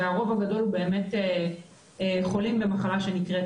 והרוב הגדול הוא באמת חולים במחלה שנקראת